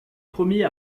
premiers